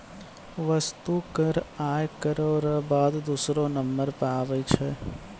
वस्तु कर आय करौ र बाद दूसरौ नंबर पर आबै छै